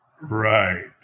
Right